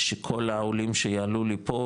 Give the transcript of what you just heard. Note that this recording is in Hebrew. שכל העולים שיעלו לפה,